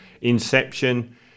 Inception